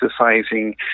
exercising